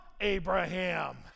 Abraham